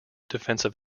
defensive